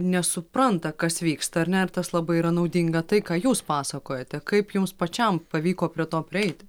nesupranta kas vyksta ar ne ir tas labai yra naudinga tai ką jūs pasakojate kaip jums pačiam pavyko prie to prieiti